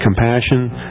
compassion